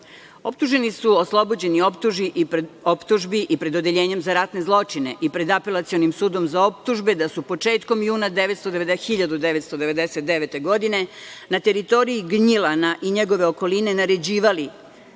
Optuženi su oslobođeni optužbi i pred Odeljenjem za ratne zločine i pred Apelacionim sudom za optužbe da su početkom juna 1999. godine na teritoriji Gnjilana i njegove okoline naređivali